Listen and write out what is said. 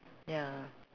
ya